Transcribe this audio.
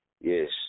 Yes